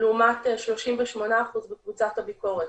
לעומת 38% בקבוצת הביקורת,